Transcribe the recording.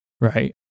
right